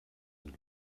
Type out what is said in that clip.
und